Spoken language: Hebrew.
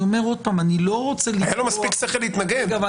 לו מספיק שכל להתנגד?